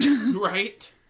Right